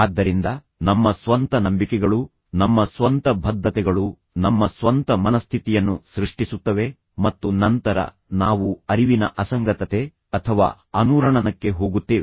ಆದ್ದರಿಂದ ನಮ್ಮ ಸ್ವಂತ ನಂಬಿಕೆಗಳು ನಮ್ಮ ಸ್ವಂತ ಭದ್ದತೆಗಳು ನಮ್ಮ ಸ್ವಂತ ಮನಸ್ಥಿತಿಯನ್ನು ಸೃಷ್ಟಿಸುತ್ತವೆ ಮತ್ತು ನಂತರ ನಾವು ಅರಿವಿನ ಅಸಂಗತತೆ ಅಥವಾ ಅನುರಣನಕ್ಕೆ ಹೋಗುತ್ತೇವೆ